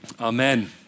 Amen